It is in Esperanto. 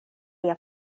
lia